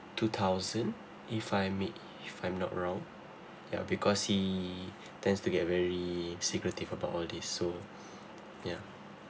two thousand if I mi~ if I'm not wrong yeah because he tends to get very secretive about all these so yeah